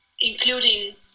including